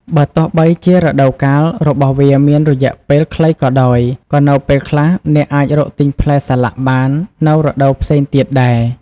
បើទោះបីជារដូវកាលរបស់វាមានរយៈពេលខ្លីក៏ដោយ ក៏នៅពេលខ្លះអ្នកអាចរកទិញផ្លែសាឡាក់បាននៅរដូវផ្សេងទៀតដែរ។